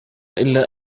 إلا